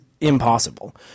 impossible